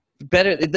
Better